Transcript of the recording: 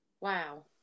Wow